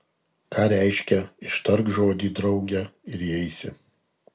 ką reiškia ištark žodį drauge ir įeisi